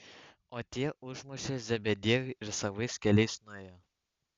o tie užmušė zebediejų ir savais keliais nuėjo